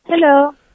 Hello